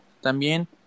También